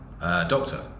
doctor